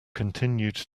continued